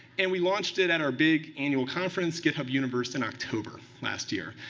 and we launched it at our big annual conference, github universe, in october last year.